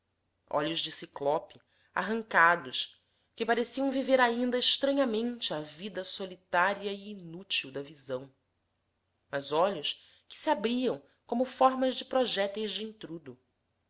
olhos de ciclope arrancados que pareciam viver ainda estranhamente a vida solitária e inútil da visão mas olhos que se abriam como formas de projéteis de entrudo